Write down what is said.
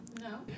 No